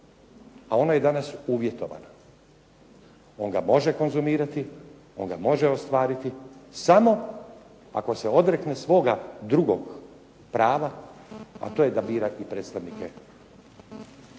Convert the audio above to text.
a ono je danas uvjetovano. On ga može konzumirati, on ga može ostvariti samo ako se odrekne svoga drugog prava a to je da bira i predstavnike